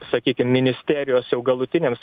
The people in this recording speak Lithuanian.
sakykim ministerijos jau galutiniams